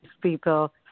people